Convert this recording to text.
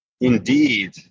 Indeed